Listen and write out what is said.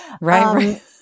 Right